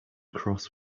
cross